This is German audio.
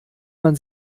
man